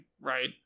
right